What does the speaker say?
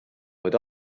but